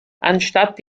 anstatt